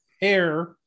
hair